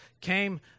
came